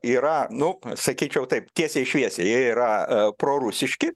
yra nu sakyčiau taip tiesiai šviesiai jie yra prorusiški